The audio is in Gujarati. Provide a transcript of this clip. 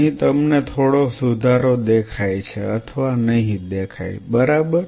અહીં તમને થોડો સુધારો દેખાય છે અથવા નહીં દેખાય બરાબર